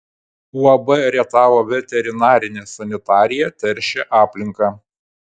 uab rietavo veterinarinė sanitarija teršė aplinką